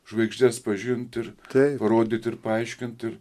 žvaigždes pažint ir taip parodyt ir paaiškint ir